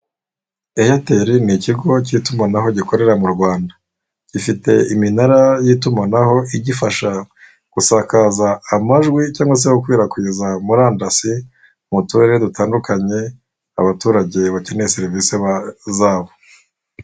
Eyateri ni ikigo cy'itumanaho gikorera mu Rwanda. Gifite iminara y'itumanaho igifasha gusakaza amajwi cyangwa se gukwirakwiza murandasi mu turere dutandukanye abaturage bakeneye serivisi zabo.